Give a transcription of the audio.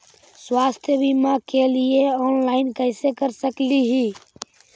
स्वास्थ्य बीमा के लिए ऑनलाइन कैसे कर सकली ही?